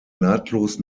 nahtlos